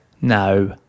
No